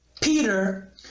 Peter